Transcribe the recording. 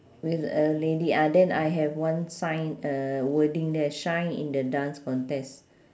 with a lady ah then I have one sign uh wording there shine in the dance contest